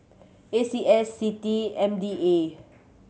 A C S CITI M D A